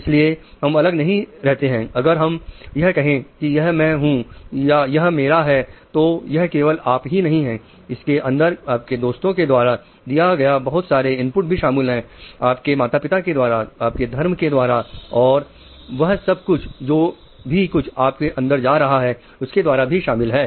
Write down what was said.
इसलिए हम अलग नहीं रहते हैं अगर हम यह कहें कि यह मैं हूं यह मेरा है तो यह केवल आप ही नहीं है इसके अंदर आपके दोस्तों के द्वारा दिए गए बहुत सारे इनपुट भी शामिल है आपके माता पिता के द्वारा आपके धर्म के द्वारा और वह सब कुछ जो भी कुछ आपके अंदर जा रहा है उसके द्वारा भी शामिल है